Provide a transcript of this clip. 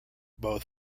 both